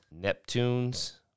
Neptunes